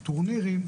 הטורנירים,